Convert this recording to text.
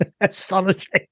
astonishing